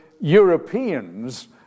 Europeans